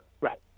Right